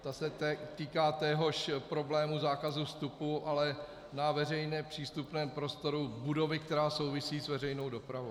Ta se týká téhož problému zákazu vstupu, ale na veřejně přístupném prostory budovy, která souvisí s veřejnou dopravou.